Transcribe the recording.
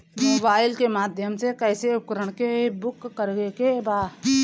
Mobile के माध्यम से कैसे उपकरण के बुक करेके बा?